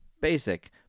Basic